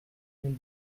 mille